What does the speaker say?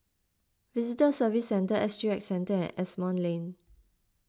Visitor Services Centre S G X Centre and Asimont Lane